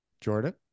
Jordan